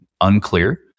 unclear